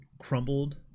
crumbled